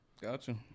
Gotcha